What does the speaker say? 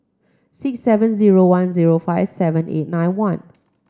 six seven zero one zero five seven eight nine one